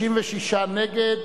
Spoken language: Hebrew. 56 נגד,